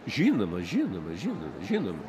žinoma žinoma žinoma žinoma